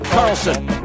Carlson